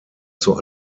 zur